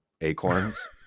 acorns